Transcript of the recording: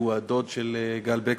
שהוא הדוד של גל בק,